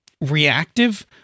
reactive